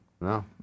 no